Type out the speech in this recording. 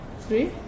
three